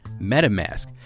MetaMask